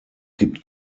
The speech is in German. gibt